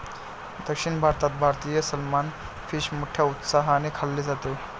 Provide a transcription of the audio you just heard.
दक्षिण भारतात भारतीय सलमान फिश मोठ्या उत्साहाने खाल्ले जाते